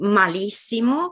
malissimo